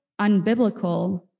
unbiblical